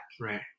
Right